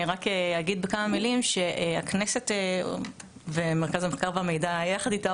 אני רק אגיד בכמה מילים שהכנסת ומרכז המחקר והמידע יחד איתה,